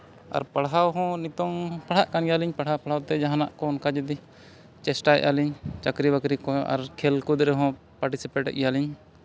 ᱟᱨ ᱯᱟᱲᱦᱟᱣ ᱦᱚᱸ ᱱᱤᱛᱳᱜ ᱯᱟᱲᱦᱟᱜ ᱠᱟᱱ ᱜᱮᱭᱟᱞᱤᱧ ᱯᱟᱲᱦᱟᱣ ᱯᱟᱲᱦᱟᱣᱛᱮ ᱡᱟᱦᱟᱱᱟᱜ ᱠᱚ ᱚᱱᱠᱟ ᱡᱩᱫᱤ ᱪᱮᱥᱴᱟᱭᱮᱫᱼᱟᱹᱞᱤᱧ ᱪᱟᱹᱠᱨᱤ ᱵᱟᱹᱠᱨᱤ ᱠᱚᱦᱚᱸ ᱟᱨ ᱠᱷᱮᱞ ᱠᱩᱫ ᱨᱮᱦᱚᱸ ᱯᱟᱨᱴᱤᱥᱤᱯᱮᱴᱮᱫ ᱜᱮᱭᱟᱞᱤᱧ